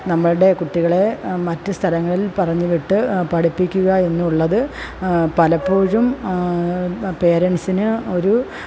നമ്മളുടെ കുട്ടികളെ മറ്റ് സ്ഥലങ്ങളില് പറഞ്ഞ് വിട്ട് പഠിപ്പിക്കുക എന്നുള്ളത് പലപ്പോഴും പേരന്സിന് ഒരു